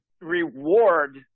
reward